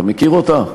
אתה מכיר אותה?